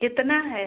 कितना है